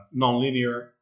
nonlinear